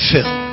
Fill